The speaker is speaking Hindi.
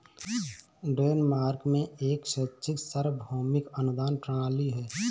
डेनमार्क में एक शैक्षिक सार्वभौमिक अनुदान प्रणाली है